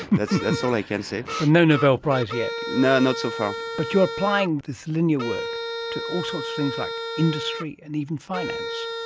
that's and so all i can say. so no nobel prize yet! no, not so far. but you are applying this linear work to all sorts of things like industry and even finance.